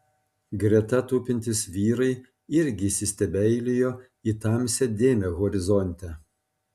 greta tupintys vyrai irgi įsistebeilijo į tamsią dėmę horizonte